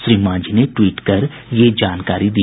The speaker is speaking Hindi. श्री मांझी ने ट्वीट कर ये जानकारी दी